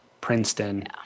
Princeton